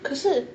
可是